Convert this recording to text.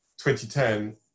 2010